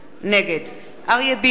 נגד אריה ביבי,